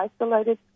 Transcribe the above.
isolated